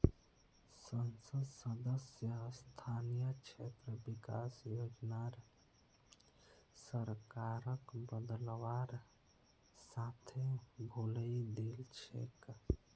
संसद सदस्य स्थानीय क्षेत्र विकास योजनार सरकारक बदलवार साथे भुलई दिल छेक